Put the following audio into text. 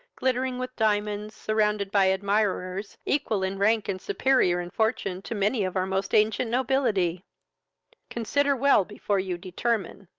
glittering with diamonds, surrounded by admirers, equal in rank and superior in fortune to many of our most ancient nobility consider well before you determine.